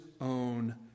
own